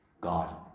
God